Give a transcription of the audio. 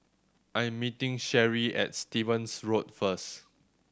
I am meeting Sherree at Stevens Road first